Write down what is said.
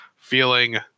feeling